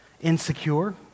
insecure